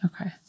Okay